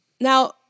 now